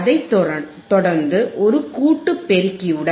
அதைத் தொடர்ந்து ஒரு கூட்டு பெருக்கிஉடன்